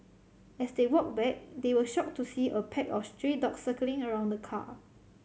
as they walked back they were shocked to see a pack of stray dogs circling around the car